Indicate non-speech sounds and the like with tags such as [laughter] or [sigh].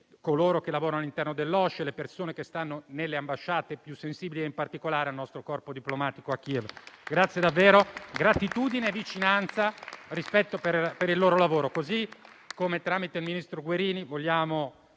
coloro che lavorano all'interno dell'OSCE, le persone che stanno nelle ambasciate più sensibili e, in particolare, il nostro corpo diplomatico a Kiev. Grazie davvero. Esprimo gratitudine, vicinanza e rispetto per il loro lavoro. [applause] Analogamente, tramite il ministro Guerini,